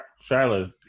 charlotte